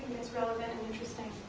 it's relevant and interesting